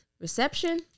reception